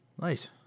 Nice